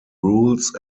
rules